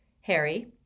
Harry